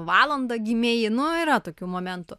valandą gimei nu yra tokių momentų